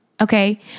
okay